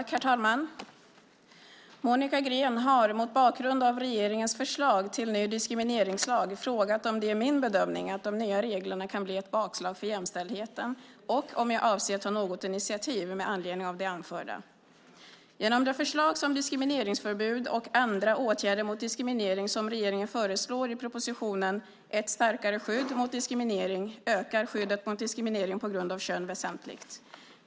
Herr talman! Monica Green har mot bakgrund av regeringens förslag till ny diskrimineringslag frågat om det är min bedömning att de nya reglerna kan bli ett bakslag för jämställdheten och om jag avser att ta något initiativ med anledning av det anförda. Genom de förslag till diskrimineringsförbud och andra åtgärder mot diskriminering som regeringen föreslår i propositionen Ett starkare skydd mot diskriminering ökar skyddet mot diskriminering på grund av kön väsentligt.